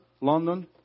London